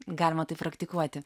galima tai praktikuoti